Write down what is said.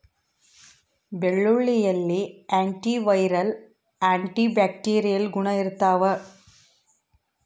ಬೆಳ್ಳುಳ್ಳಿಯಲ್ಲಿ anti viral anti bacterial ಗುಣ ಇರ್ತಾವ